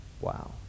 wow